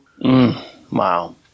Wow